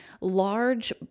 large